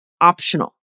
optional